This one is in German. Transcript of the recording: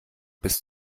bis